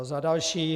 Za další.